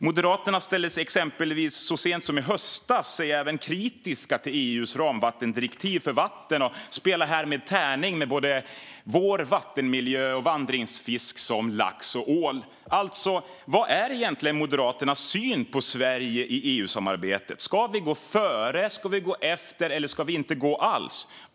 Moderaterna ställde sig exempelvis så sent som i höstas kritiska även till EU:s ramvattendirektiv och spelar därmed tärning med både vår vattenmiljö och vandringsfiskar som lax och ål. Vad är egentligen Moderaternas syn på Sverige i EU-samarbetet? Ska vi gå före, ska vi gå efter eller ska vi inte gå alls?